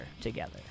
together